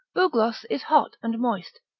bugloss is hot and moist,